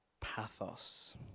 pathos